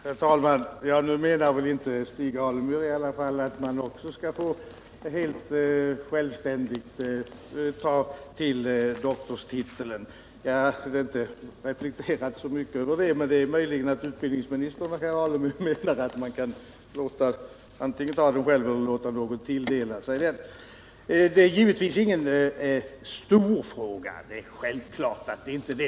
Herr talman! Nu menar väl Stig Alemyr i alla fall inte att man helt självständigt också skall få använda doktorstiteln. Jag hade inte reflekterat så mycket över det, men det är möjligt att utbildningsministern och herr Alemyr menar att man kan ta även den titeln själv eller låta någon tilldela sig den. Detta är givetvis ingen stor fråga — det är självklart.